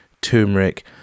Turmeric